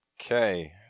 Okay